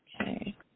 Okay